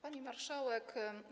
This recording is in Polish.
Pani Marszałek!